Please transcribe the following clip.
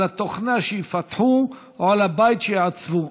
על התוכנה שיפתחו או על הבית שיעצבו,